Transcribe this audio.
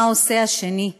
מה עושה השני,